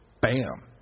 bam